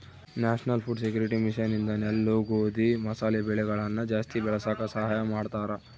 national food security mission ಇಂದ ನೆಲ್ಲು ಗೋಧಿ ಮಸಾಲೆ ಬೆಳೆಗಳನ ಜಾಸ್ತಿ ಬೆಳಸಾಕ ಸಹಾಯ ಮಾಡ್ತಾರ